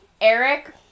Eric